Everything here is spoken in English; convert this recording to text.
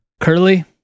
Curly